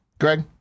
Greg